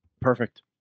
perfect